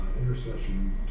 intercession